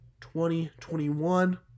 2021